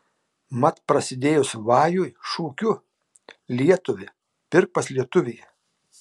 mat prasidėjus vajui šūkiu lietuvi pirk pas lietuvį